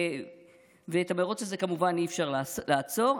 ואת המרוץ הזה כמובן אי-אפשר לעצור.